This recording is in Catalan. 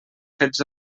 fets